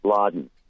Laden